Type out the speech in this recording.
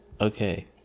okay